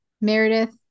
meredith